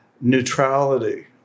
neutrality